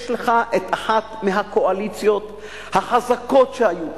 יש לך אחת מהקואליציות החזקות שהיו כאן,